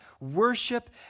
worship